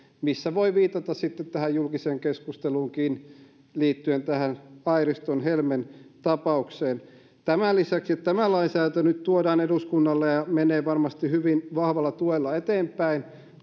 kohdalla voi viitata sitten tähän julkiseen keskusteluunkin liittyen tähän airiston helmen tapaukseen tämän lisäksi että tämä lainsäädäntö nyt tuodaan eduskunnalle ja ja se menee varmasti hyvin vahvalla tuella eteenpäin